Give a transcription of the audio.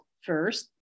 first